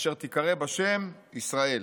אשר תיקרא בשם ישראל.